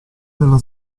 della